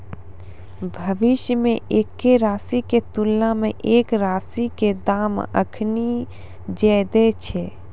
भविष्यो मे एक्के राशि के तुलना मे एक राशि के दाम अखनि ज्यादे छै